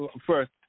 first